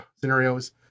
scenarios